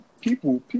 people